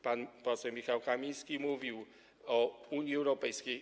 Pan poseł Michał Kamiński mówił o Unii Europejskiej.